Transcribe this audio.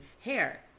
hair